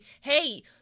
hey